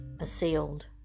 assailed